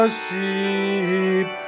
sheep